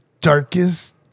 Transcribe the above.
Darkest